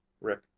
rick